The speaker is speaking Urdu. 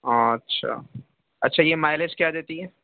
اچھا اچھا یہ مائلج کیا دیتی ہے